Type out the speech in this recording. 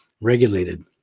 regulated